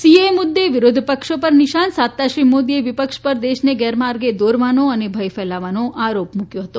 CAA મુદ્દે વિરોધ પક્ષો પર નિશાન સાધતાં શ્રી મોદીએ વિપક્ષ પર દેશને ગેરમાર્ગે દોરવાનો અને ભય ફેલાવાનો આરોપ મૂક્યો હતો